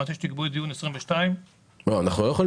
ומתי שתקבעו דיון 2022 --- אנחנו לא יכולים